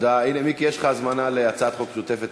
יאללה מצביעים.